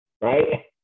right